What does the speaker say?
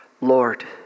Lord